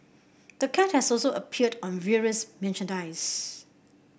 the cat has also appeared on various merchandise